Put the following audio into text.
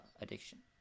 addiction